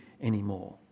anymore